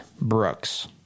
Brooks